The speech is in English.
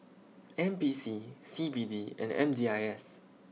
N P C C B D and M D I S